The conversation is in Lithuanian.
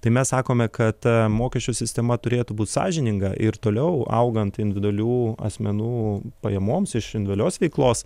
tai mes sakome kad mokesčių sistema turėtų būt sąžininga ir toliau augant individualių asmenų pajamoms iš individualios veiklos